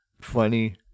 funny-